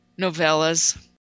novellas